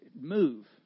Move